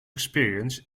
experience